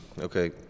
Okay